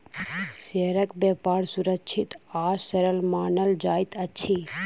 शेयरक व्यापार सुरक्षित आ सरल मानल जाइत अछि